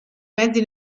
mezzi